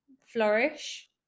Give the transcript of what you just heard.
flourish